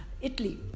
Italy